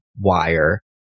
wire